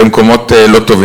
למקומות לא טובים.